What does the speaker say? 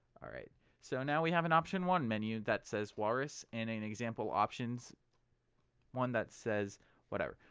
alright so now we have an option one menu that says walrus and an example options one that says whatever.